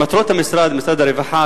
במטרות משרד הרווחה,